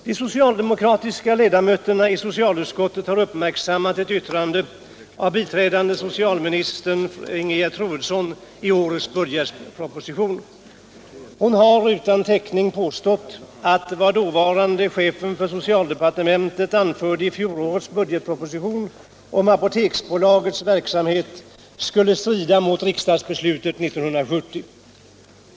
De socialdemokratiska ledamöterna i socialutskottet har uppmärksammat ett yttrande av biträdande socialministern Ingegerd Troedsson i årets budgetproposition. Hon har helt utan täckning påstått att vad dåvarande chefen för socialdepartementet anförde i fjolårets budgetproposition om Apoteksbolagets verksamhet skulle strida mot riksdagsbeslutet 1970.